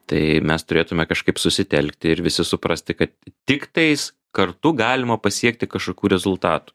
tai mes turėtume kažkaip susitelkti ir visi suprasti kad tiktais kartu galima pasiekti kažkokių rezultatų